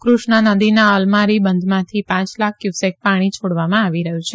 કૃષ્ણા નદીના અલમારી બંધમાંથી પાંચ લાખ કયુસેક પાણી છોડવામાં આવી રહયું છે